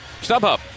StubHub